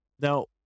Now